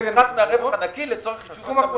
ניכוי מהרווח הנקי לצורך החישוב.